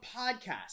podcast